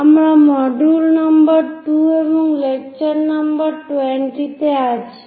আমরা module number 2 এবং lecture number 20 তে আছি